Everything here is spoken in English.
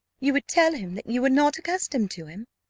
you would tell him that you were not accustomed to him?